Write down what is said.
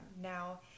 Now